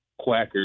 Quackers